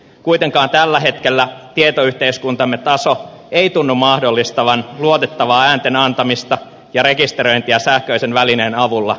kuitenkaan tällä hetkellä tietoyhteiskuntamme taso ei tunnu mahdollistavan luotettavaa äänten antamista ja rekisteröintiä sähköisen välineen avulla